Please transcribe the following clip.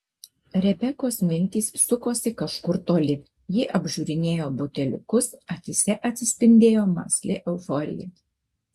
rebekos mintys sukosi kažkur toli ji apžiūrinėjo buteliukus akyse atsispindėjo mąsli euforija